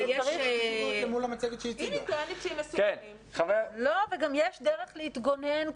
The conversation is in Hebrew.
וגם יש דרך להתגונן,